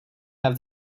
have